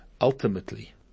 ultimately